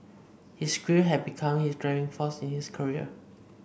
his grief had become his driving force in his career